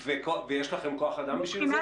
ויש לכם כוח אדם בשביל זה?